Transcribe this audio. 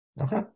Okay